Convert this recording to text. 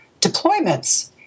deployments